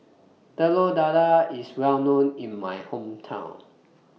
Telur Dadah IS Well known in My Hometown